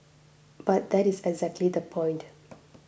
but that is exactly the point